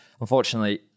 Unfortunately